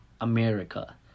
america